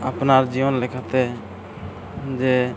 ᱟᱯᱱᱟᱨ ᱡᱤᱭᱚᱱ ᱞᱮᱠᱟᱛᱮ ᱡᱮ